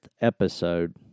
episode